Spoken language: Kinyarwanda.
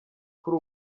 kuri